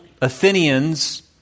Athenians